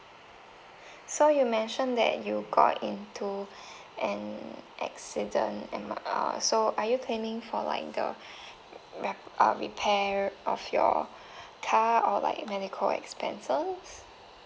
so you mentioned that you got into an accident am err so are you claiming for like the rep~ uh repair of your car or like medical expenses